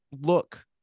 look